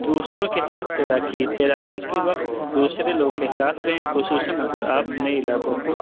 دوسروں کے ساتھ تیراکی تیراکی کے وقت دوسرے لوگ کے ساتھ رہیں خصوصاً اگر آپ نئے علاقوں کو